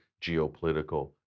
geopolitical